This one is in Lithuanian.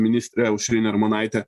ministrė aušrinė armonaitė